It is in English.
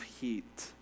heat